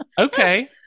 okay